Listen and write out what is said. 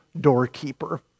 doorkeeper